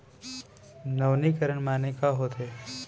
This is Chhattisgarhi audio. नवीनीकरण माने का होथे?